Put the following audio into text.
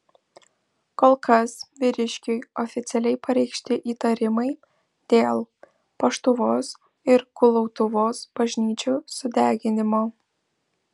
kol kas vyriškiui oficialiai pareikšti įtarimai dėl paštuvos ir kulautuvos bažnyčių sudeginimo